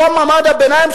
אותו מעמד הביניים,